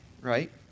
right